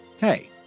Hey